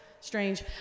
strange